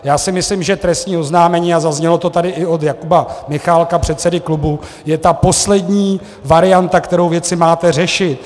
Já si myslím, že trestní oznámení, a zaznělo to tady i od Jakuba Michálka, předsedy klubu, je ta poslední varianta, kterou věci máte řešit.